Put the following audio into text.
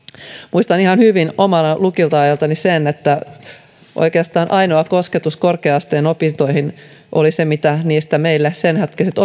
muistan ihan hyvin omalta lukioajaltani sen että oikeastaan ainoa kosketus korkea asteen opintoihin oli se mitä niistä senhetkiset